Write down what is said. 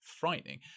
frightening